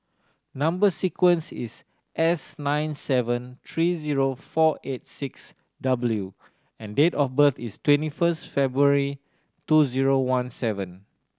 number sequence is S nine seven three zero four eight six W and date of birth is twenty first February two zero one seven